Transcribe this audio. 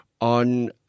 on